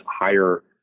higher